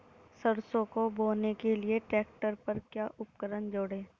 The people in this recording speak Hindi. सरसों को बोने के लिये ट्रैक्टर पर क्या उपकरण जोड़ें?